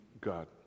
God